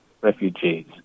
refugees